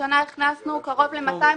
השנה הכנסנו קרוב ל-250